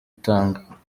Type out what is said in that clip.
itanga